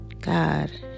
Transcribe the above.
God